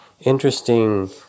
interesting